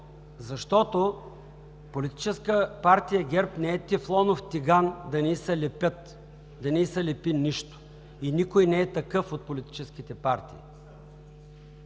защото политическа партия ГЕРБ не е тефлонов тиган да не й се лепи нищо и никой не е такъв от политическите партии.